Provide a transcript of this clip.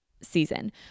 season